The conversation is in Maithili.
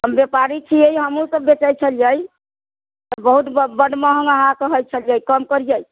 व्यापारी छियै हमहू सब बेचै छलियै बहुत बड महँगा अहाँ कहै छलियै कम करियै